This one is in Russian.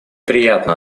приятно